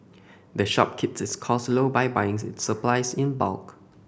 the shop keeps its cost low by buying its supplies in bulk